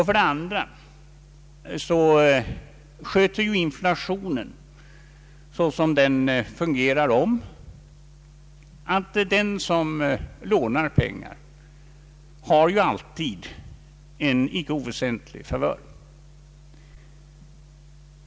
För det andra sköter inflationen, så som den fungerar, om att den som lånar pengar alltid har en icke oväsentlig favör.